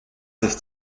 ist